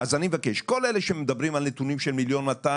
אז אני מבקש שכל אלה שמדברים על נתונים של 1,200,000,